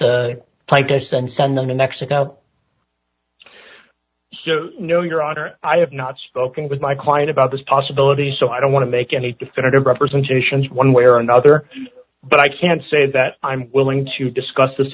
and send them in mexico no your honor i have not spoken with my quiet about this possibility so i don't want to make any definitive representations one way or another but i can say that i'm willing to discuss this